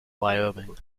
wyoming